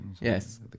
yes